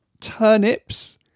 turnips